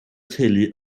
teulu